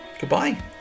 Goodbye